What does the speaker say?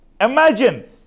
Imagine